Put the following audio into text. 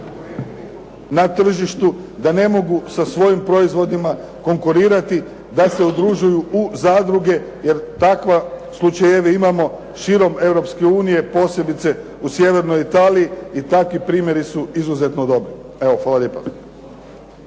na tržištu, da ne mogu sa svojim proizvodima konkurirati, da se udružuju u zadruge jer takve slučajeve imamo širom Europske unije, posebice u sjevernoj Italiji i takvi primjeri su izuzetno dobri. Evo, hvala lijepa.